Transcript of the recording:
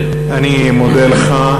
אני מודה לך.